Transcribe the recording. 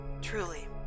Truly